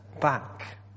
back